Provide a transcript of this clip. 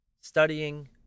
studying